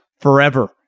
forever